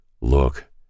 Look